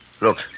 Look